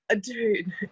dude